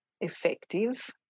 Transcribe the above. effective